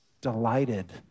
delighted